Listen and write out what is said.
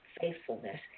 faithfulness